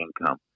income